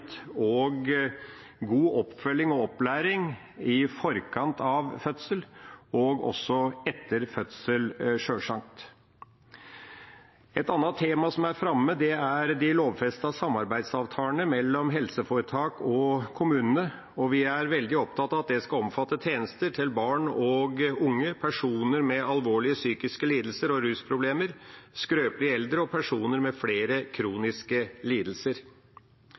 og god oppfølging og opplæring i forkant av fødselen – og også etter fødselen, sjølsagt. Et annet tema som er framme, er de lovfestede samarbeidsavtalene mellom helseforetakene og kommunene. Vi er veldig opptatt av at det skal omfatte tjenester til barn og unge, personer med alvorlige psykiske lidelser og rusproblemer, skrøpelige eldre og personer med flere kroniske lidelser.